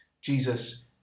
Jesus